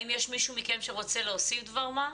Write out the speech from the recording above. האם יש מישהו מכם שרוצה להוסיף דבר מה?